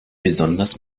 besonders